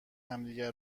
همدیگه